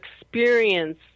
experience